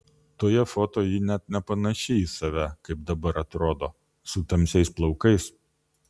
toje foto ji net nepanaši į save kaip dabar atrodo su tamsiais plaukais